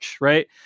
right